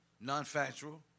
Non-factual